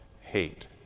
hate